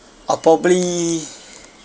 I'll probably